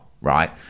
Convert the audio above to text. right